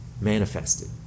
manifested